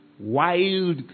Wild